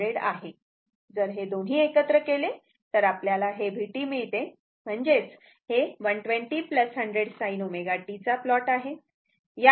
जर हे दोन्ही एकत्र केले तर आपल्याला हे vt मिळते म्हणजेच हे 120 100 sin ω t चा प्लॉट आहे